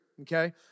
okay